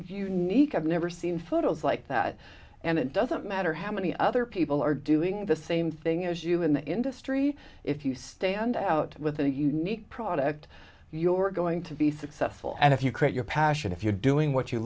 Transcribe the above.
unique i've never seen photos like that and it doesn't matter how many other people are doing the same thing as you in the industry if you stand out with a unique product if your going to be successful and if you create your passion if you're doing what you